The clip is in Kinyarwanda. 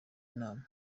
inama